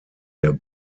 der